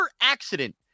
accident